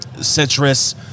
citrus